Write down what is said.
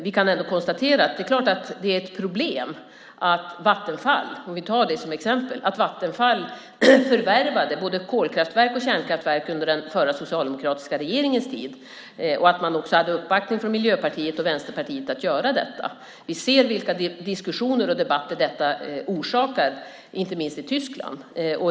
Vi kan ändå konstatera att det är ett problem att Vattenfall, om vi tar det som exempel, förvärvade både kolkraftverk och kärnkraftverk under den förra, socialdemokratiska regeringens tid. Man hade också uppbackning från Miljöpartiet och Vänsterpartiet att göra detta. Vi ser vilka diskussioner och debatter detta orsakar, inte minst i Tyskland.